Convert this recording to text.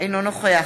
אינו נוכח